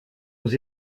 aux